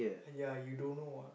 ya you don't know ah